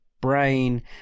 Brain